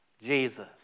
Jesus